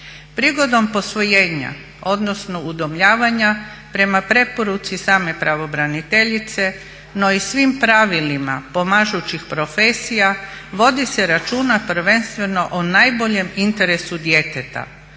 Prigodom posvojenja odnosno udomljavanja prema preporuci same pravobraniteljice, no i svim pravilima pomažućih profesija vodi se računa prvenstveno o najboljem interesu djeteta